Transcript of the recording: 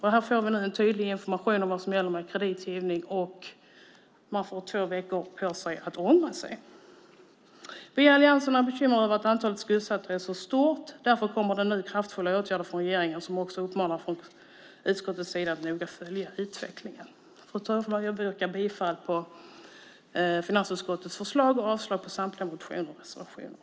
Här får vi nu en tydlig information om vad som gäller kreditgivning, och man får två veckor på sig att ångra sig. Vi i Alliansen är bekymrade över att antalet skuldsatta är så stort. Därför kommer det nu kraftfulla åtgärder från regeringen som också uppmanas från utskottets sida att noga följa utvecklingen. Fru talman! Jag yrkar bifall till finansutskottets förslag och avslag på samtliga motioner och reservationer.